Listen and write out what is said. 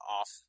off